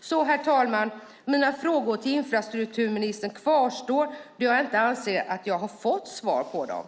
Så, herr talman, mina frågor till infrastrukturministern kvarstår, då jag inte anser att jag har fått svar på dem.